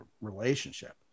relationship